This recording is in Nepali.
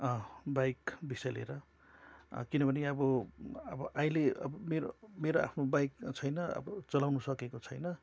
अँ बाइक विषय लिएर किनभने अब अब अहिले अब मेरो मेरो आफ्नो बाइक छैन अब चलाउनु सकेको छैन